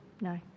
No